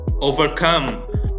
overcome